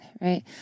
right